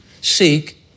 seek